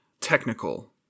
technical